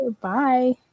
Bye